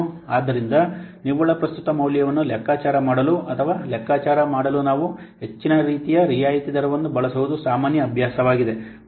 ಆದ್ದರಿಂದ ನಿವ್ವಳ ಪ್ರಸ್ತುತ ಮೌಲ್ಯವನ್ನು ಲೆಕ್ಕಾಚಾರ ಮಾಡಲು ಅಥವಾ ಲೆಕ್ಕಾಚಾರ ಮಾಡಲು ನಾವು ಹೆಚ್ಚಿನ ರಿಯಾಯಿತಿ ದರವನ್ನು ಬಳಸುವುದು ಸಾಮಾನ್ಯ ಅಭ್ಯಾಸವಾಗಿದೆ